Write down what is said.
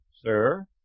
sir